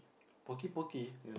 poky poky